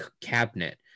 cabinet